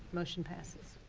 motion passes.